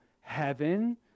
heaven